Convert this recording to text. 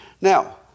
Now